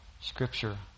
Scripture